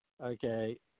okay